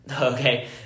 Okay